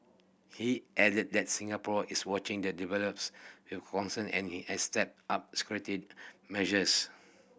he added that Singapore is watching the develops with concern and has stepped up security measures